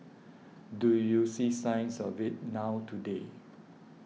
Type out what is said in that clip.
do you see signs of it now today